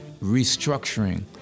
restructuring